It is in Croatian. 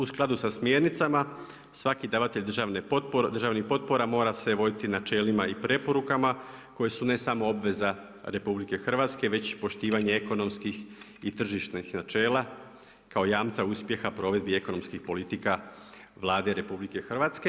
U skladu sa smjernicama svaki davatelj državnih potpora mora se voditi načelima i preporukama koje su ne samo obveza RH već i poštivanje ekonomskih i tržišnih načela kao jamca uspjeha provedbi ekonomskih politika Vlade RH.